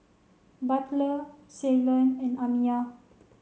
Butler Ceylon and Amiya